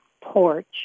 porch